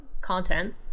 content